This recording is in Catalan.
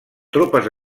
tropes